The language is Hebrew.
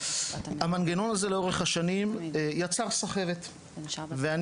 המנגנון הזה לאורך השנים יצר סחבת --- לא,